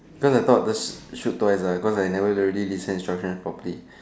because I thought just shoot twice ah because I never really read the instructions properly